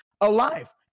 alive